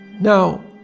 Now